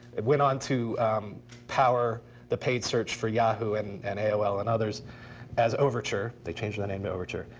it went on to power the paid search for yahoo! and and aol and others as overture. they changed the name to overture.